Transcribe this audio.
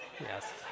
Yes